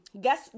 guess